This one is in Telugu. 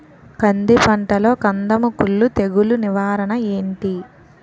కంది పంటలో కందము కుల్లు తెగులు నివారణ ఏంటి?